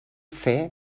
fer